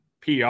PR